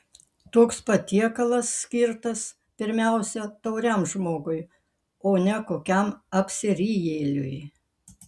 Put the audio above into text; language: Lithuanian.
toks patiekalas skirtas pirmiausia tauriam žmogui o ne kokiam apsirijėliui